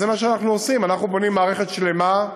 וזה מה שאנחנו עושים, אנחנו בונים מערכת שלמה.